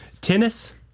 Tennis